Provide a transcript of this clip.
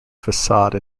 facade